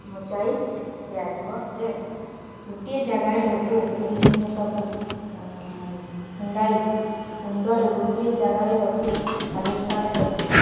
ମଚାଇ ଦିଆଯିବ ଯେ ଗୋଟିଏ ଜାଗାରେ ଲୋକେ ସେହି ଜିନିଷକୁ କୁଣ୍ଡାଇ କୁଣ୍ଡରେ ଗୋଟିଏ ଜାଗାରେ ରଖି ଆବିଷ୍କାର କରିବେ